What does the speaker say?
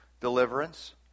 deliverance